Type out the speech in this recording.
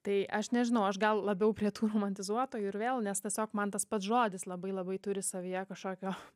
tai aš nežinau aš gal labiau prie tų romantizuotų ir vėl nes tiesiog man tas pats žodis labai labai turi savyje kažkokio